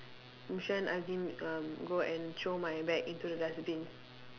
Mushira and Azim um go and throw my bag into the dustbin